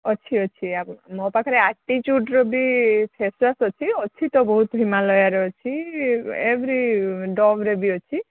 ଅଛି ଅଛି ମୋ ପାଖରେ ଆଟିଚୁଡ଼୍ର ବି ଫେସ୍ୱାସ୍ ଅଛି ଅଛି ତ ବହୁତ ହିମାଲୟାର ଅଛି ଏଭ୍ରୀ ଡୋଭ୍ର ବି ଅଛି